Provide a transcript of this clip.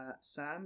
Sam